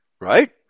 right